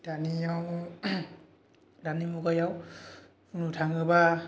दानियाव दानि मुगायाव बुंनो थाङोबा